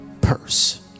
purse